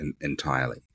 entirely